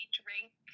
drink